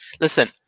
Listen